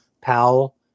Powell